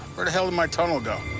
where the hell did my tunnel go?